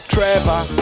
Trevor